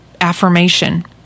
affirmation